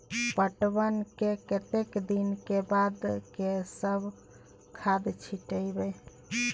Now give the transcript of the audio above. पटवन के कतेक दिन के बाद केना सब खाद छिटबै?